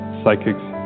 psychics